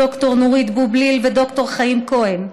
ד"ר נורית בובליל וד"ר חיים כהן,